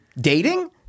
dating